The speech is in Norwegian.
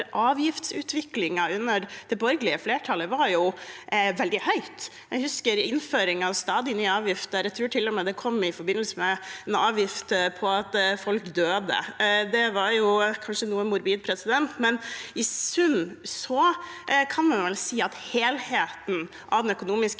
avgiftsutviklingen under det borgerlige flertallet var veldig høyt. Jeg husker innføring av stadig nye avgifter. Jeg tror til og med det kom en avgift på at folk døde. Det var kanskje noe morbid, men i sum kan man vel si at helheten i den økonomiske